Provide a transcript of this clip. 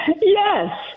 Yes